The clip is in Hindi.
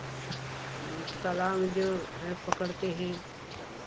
तालाब में जो हैं पकड़ते हैं